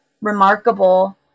remarkable